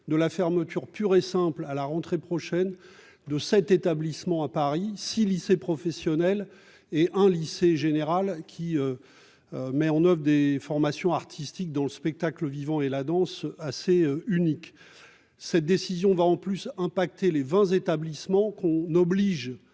de la fermeture pure et simple à la rentrée prochaine de cet établissement à Paris 6, lycée professionnel et un lycée général qui met en oeuvre des formations artistiques dans le spectacle vivant et la danse assez unique, cette décision va en plus impacté les 20 établissements qu'on oblige